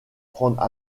prendre